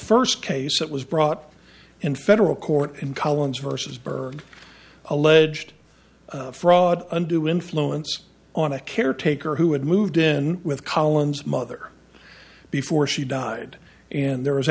first case that was brought in federal court in collins versus berg alleged fraud undue influence on a caretaker who had moved in with columns mother before she died and there was